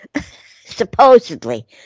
supposedly